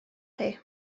chi